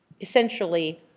Essentially